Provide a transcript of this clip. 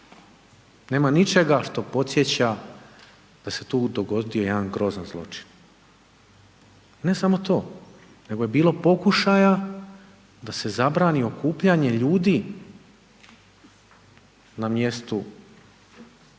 nema ničega što podsjeća da se tu dogodio jedan grozan zločin. Ne samo to, nego je bilo pokušaja da se zabrani okupljanje ljudi na mjestu